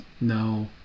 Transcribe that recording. No